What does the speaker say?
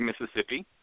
Mississippi